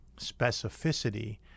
Specificity